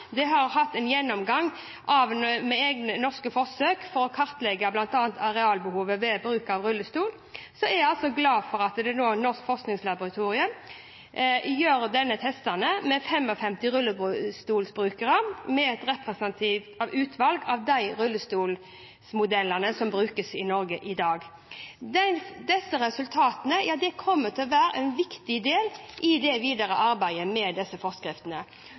jeg glad for at Norsk forskningslaboratorium nå gjør disse testene med 55 rullestolbrukere som har et representativt utvalg av de rullestolmodellene som brukes i Norge i dag. Resultatene fra dette kommer til å være en viktig del av det videre arbeidet med disse forskriftene.